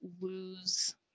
lose